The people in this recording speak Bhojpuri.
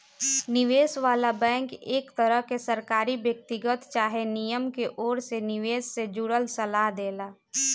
निवेश वाला बैंक एक तरह के सरकारी, व्यक्तिगत चाहे निगम के ओर से निवेश से जुड़ल सलाह देला